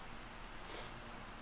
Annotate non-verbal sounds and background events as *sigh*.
*noise*